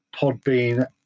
Podbean